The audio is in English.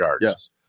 Yes